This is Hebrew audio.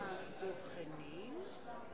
סגן שר.